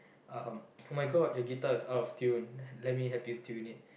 uh oh-my-God your guitar is out of tune let me help you tune it